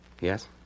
Yes